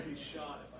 shot.